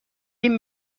این